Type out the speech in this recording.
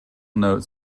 note